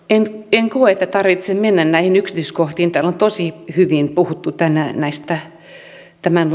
en koe että tarvitsee mennä näihin yksityiskohtiin täällä on tosi hyvin puhuttu tänään näistä tämän